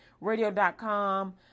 radio.com